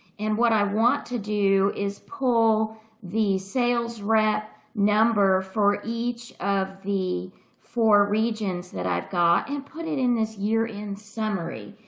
and what i want to do is pull the sales rep number for each of the four regions that i've got and put it in this year end summary.